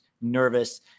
nervous